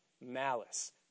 malice